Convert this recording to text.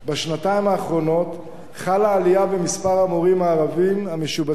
בשנתיים האחרונות חלה עלייה במספר המורים הערבים המשובצים